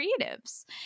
creatives